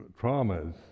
traumas